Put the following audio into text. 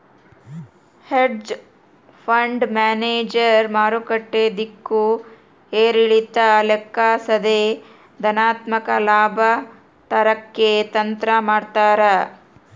hedge fund manager ಮಾರುಕಟ್ಟೆ ದಿಕ್ಕು ಏರಿಳಿತ ಲೆಕ್ಕಿಸದೆ ಧನಾತ್ಮಕ ಲಾಭ ತರಕ್ಕೆ ತಂತ್ರ ಮಾಡ್ತಾರ